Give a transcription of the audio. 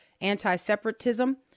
anti-separatism